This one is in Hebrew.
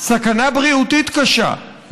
סכנה בריאותית קשה.